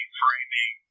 framing